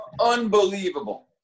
unbelievable